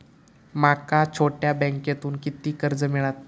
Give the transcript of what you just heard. माका छोट्या बँकेतून किती कर्ज मिळात?